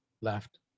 left